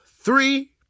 three